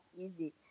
easy